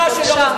בבקשה.